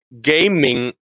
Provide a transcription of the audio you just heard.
gaming